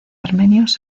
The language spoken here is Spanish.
armenios